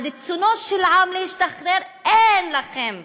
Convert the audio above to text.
על רצונו של עם להשתחרר אין לכם שליטה.